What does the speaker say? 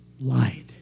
light